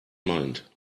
mind